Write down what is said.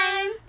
time